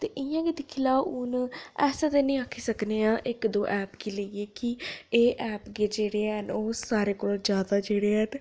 ते इ'यां गै दिक्खी लैओ हून ऐसा ते निं आक्खी सकने आं इक दो ऐप्प गी लेइयै कि एह् ऐप्प गै जेह्ड़े हैन ओह् सारें कोला जैदा जेह्ड़े हैन